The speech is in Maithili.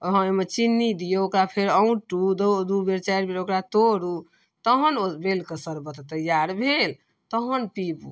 हँ ओहिमे चिन्नी दिऔ ओकरा फेर औँटू दुइबेर चारिबेर ओकरा तोड़ू तहन ओ बेलके शरबत तैआर भेल तहन पिबू